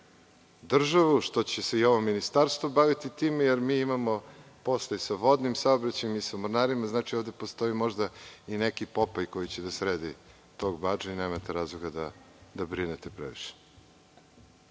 državu, što će se i ovo Ministarstvo baviti time, jer mi imamo posla i sa vodnim saobraćajem i sa mornarima, znači, ovde postoji možda i neki Popaj koji će da sredi tog Badžu i nemate razloga da brinete previše.I